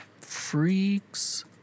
Freaks